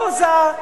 כי כולך פוזה,